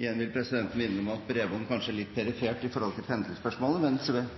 Igjen vil presidenten minne om at bredbånd kanskje er litt perifert i forhold til